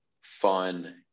fun